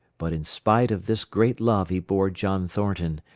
but in spite of this great love he bore john thornton,